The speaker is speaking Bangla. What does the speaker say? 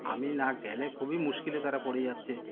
আমি না গেলে খুবই মুশকিলে তারা পড়ে যাচ্ছে